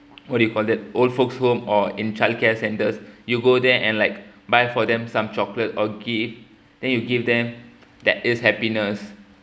what do you call that old folks home or in childcare centres you go there and like buy for them some chocolates or gifts then you give them that is happiness